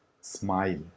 smile